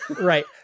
Right